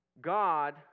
God